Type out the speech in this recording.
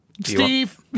Steve